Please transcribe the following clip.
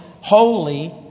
holy